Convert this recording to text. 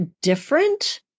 different